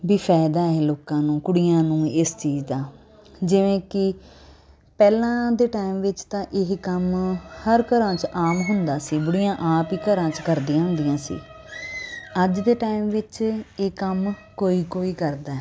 ਵੀ ਫਾਇਦਾ ਹੈ ਲੋਕਾਂ ਨੂੰ ਕੁੜੀਆਂ ਨੂੰ ਇਸ ਚੀਜ਼ ਦਾ ਜਿਵੇਂ ਕਿ ਪਹਿਲਾਂ ਦੇ ਟਾਈਮ ਵਿੱਚ ਤਾਂ ਇਹ ਕੰਮ ਹਰ ਘਰਾਂ 'ਚ ਆਮ ਹੁੰਦਾ ਸੀ ਬੁੜੀਆਂ ਆਪ ਹੀ ਘਰਾਂ 'ਚ ਕਰਦੀਆਂ ਹੁੰਦੀਆਂ ਸੀ ਅੱਜ ਦੇ ਟਾਈਮ ਵਿੱਚ ਇਹ ਕੰਮ ਕੋਈ ਕੋਈ ਕਰਦਾ